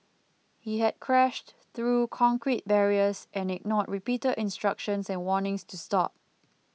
he had crashed through concrete barriers and ignored repeated instructions and warnings to stop